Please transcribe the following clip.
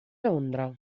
londra